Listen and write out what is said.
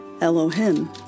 Elohim